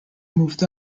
moved